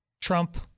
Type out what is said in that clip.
Trump